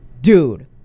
dude